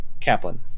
Kaplan